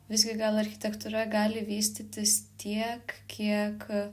visgi gal architektūra gali vystytis tiek kiek